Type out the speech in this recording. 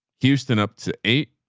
houston, up to eight